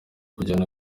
kujyana